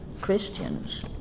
Christians